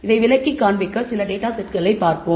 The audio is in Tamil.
இதை விளக்கி காண்பிக்க சில டேட்டா செட்களைக் காண்போம்